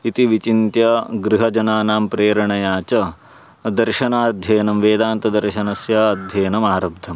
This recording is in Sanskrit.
इति विचिन्त्य गृहजनानां प्रेरणया च दर्शनाध्ययनं वेदान्तदर्शनस्य अध्ययनम् आरब्धम्